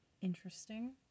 interesting